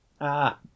Ah